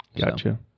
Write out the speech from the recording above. Gotcha